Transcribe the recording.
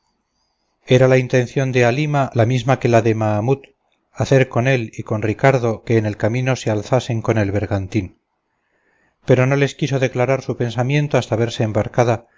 era la intención de halima la misma que la de mahamut hacer con él y con ricardo que en el camino se alzasen con el bergantín pero no les quiso declarar su pensamiento hasta verse embarcada